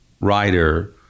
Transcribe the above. writer